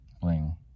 bling